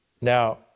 Now